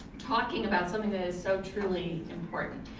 talking about something that is so truly important.